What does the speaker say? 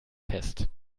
fest